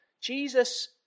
Jesus